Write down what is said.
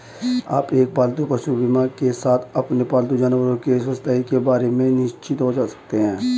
आप एक पालतू पशु बीमा के साथ अपने पालतू जानवरों के स्वास्थ्य के बारे में निश्चिंत हो सकते हैं